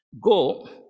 go